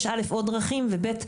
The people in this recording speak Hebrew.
יש עוד דרכים וכן,